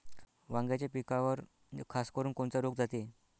वांग्याच्या पिकावर खासकरुन कोनचा रोग जाते?